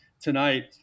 tonight